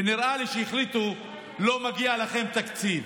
ונראה לי שהחליטו, לא מגיע לכם תקציב.